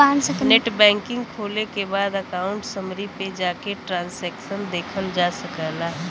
net banking खोले के बाद अकाउंट समरी पे जाके ट्रांसैक्शन देखल जा सकला